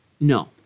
No